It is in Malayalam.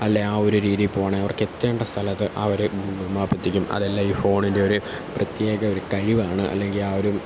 അല്ലെങ്കിൽ ആ ഒരു രീതിയിൽ പോവണമെങ്കിൽ അവർക്കെത്തേണ്ട സ്ഥലത്ത് ആ ഒരു ഗൂഗിൾ മാപ്പെത്തിക്കും അതെല്ലാം ഈ ഫോണിൻ്റെ ഒരു പ്രത്യേക ഒരു കഴിവാണ് അല്ലെങ്കിൽ ആ ഒരു